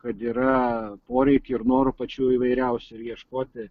kad yra poreikių ir norų pačių įvairiausių ir ieškoti